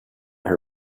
her